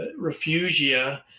refugia